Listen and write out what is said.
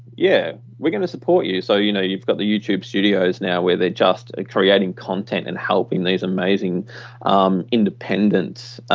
yeah, we're going to support you. so, you know you've got the youtube studios now where they're just creating content and helping these amazing independent